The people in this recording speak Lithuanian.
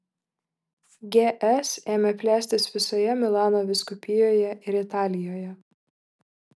gs ėmė plėstis visoje milano vyskupijoje ir italijoje